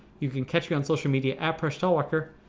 you can catch me on social media at preshtalwalkar.